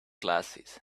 glasses